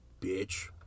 bitch